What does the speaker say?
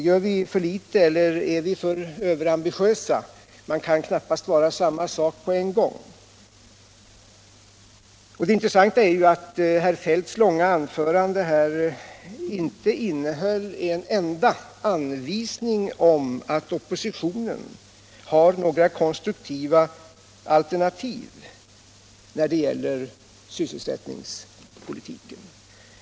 Gör vi för litet eller är vi för överambitiösa? Det kan knappast vara fråga om båda sakerna på en gång. Det är intressant att herr Feldts långa anförande inte innehöll en enda anvisning om att oppositionen har några konstruktiva alternativ att komma med när det gäller sysselsättningspolitiken.